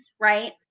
right